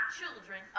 children